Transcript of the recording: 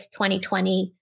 2020